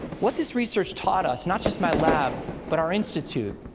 what this research taught us not just my lab, but our institute,